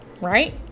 right